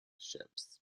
ships